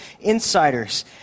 Insiders